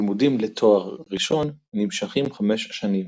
לימודים לתואר ראשון נמשכים חמש שנים.